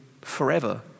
forever